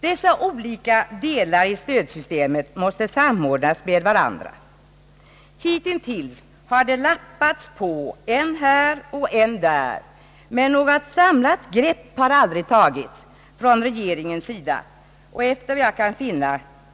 Dessa olika delar i stödsystemet måste samordnas med varandra. Hitintills har systemet lappats på än här och än där, men något samlat grepp har regeringen aldrig tagit.